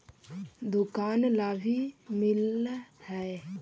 दुकान ला भी मिलहै?